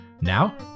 Now